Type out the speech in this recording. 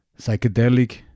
Psychedelic